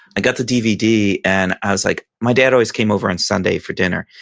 i got the dvd and i was like, my dad always came over on sunday for dinner.